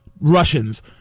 russians